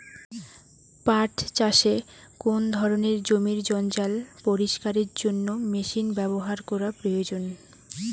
পাট চাষে কোন ধরনের জমির জঞ্জাল পরিষ্কারের জন্য মেশিন ব্যবহার করা প্রয়োজন?